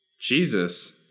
Jesus